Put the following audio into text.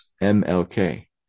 M-L-K